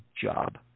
job